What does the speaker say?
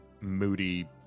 moody